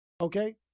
okay